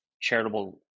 charitable